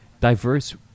diverse